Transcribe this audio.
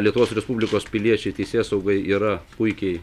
lietuvos respublikos piliečiai teisėsaugai yra puikiai